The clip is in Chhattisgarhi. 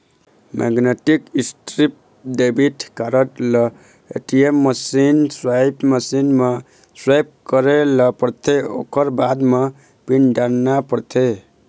मेगनेटिक स्ट्रीप डेबिट कारड ल ए.टी.एम मसीन, स्वाइप मशीन म स्वाइप करे ल परथे ओखर बाद म पिन डालना परथे